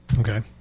Okay